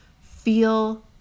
feel